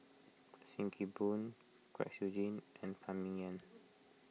Sim Kee Boon Kwek Siew Jin and Phan Ming Yen